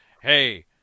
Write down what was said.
hey